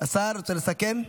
השר רוצה לסכם?